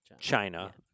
China